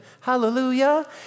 Hallelujah